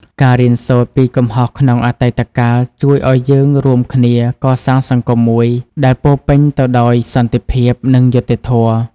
ការរៀនសូត្រពីកំហុសក្នុងអតីតកាលជួយឲ្យយើងរួមគ្នាកសាងសង្គមមួយដែលពោរពេញទៅដោយសន្តិភាព និងយុត្តិធម៌។